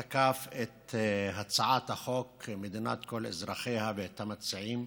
תקפו את הצעת חוק מדינת כל אזרחיה ואת המציעים,